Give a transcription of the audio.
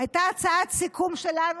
הייתה הצעת סיכום שלנו,